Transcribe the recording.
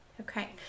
Okay